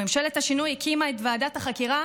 וממשלת השינוי הקימה את ועדת החקירה